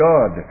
God